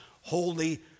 holy